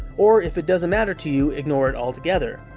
or if it doesn't matter to you, ignore it altogether.